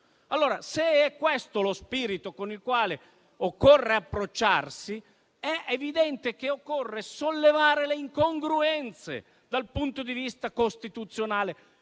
Se è questo lo spirito con il quale occorre approcciarsi, è evidente che bisogna sollevare le incongruenze dal punto di vista costituzionale,